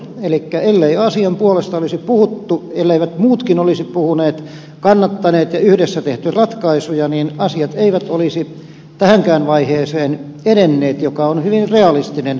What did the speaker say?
elikkä ellei asian puolesta olisi puhuttu elleivät muutkin olisi puhuneet kannattaneet ja ellei olisi yhdessä tehty ratkaisuja niin asiat eivät olisi edenneet tähänkään vaiheeseen mikä on hyvin realistinen tulos